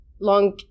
long